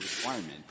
requirement